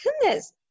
goodness